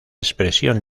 expresión